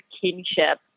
kinship